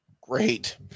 Great